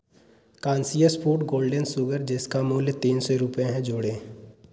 conscious food golden sugar जिसका मूल्य तीन सौ रुपये हैं जोड़ें